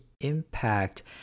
impact